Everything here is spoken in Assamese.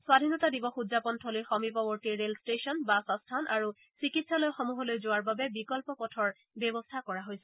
স্বাধীনতা দিৱস উদযাপনথলীৰ সমীপৱৰ্তী ৰেলৰে ট্টেচন বাছআস্থান আৰু চিকিৎসালয়সমূহলৈ যোৱাৰ বাবে বিকল্প পথৰ ব্যৱস্থা কৰা হৈছে